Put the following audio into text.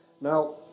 Now